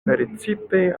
precipe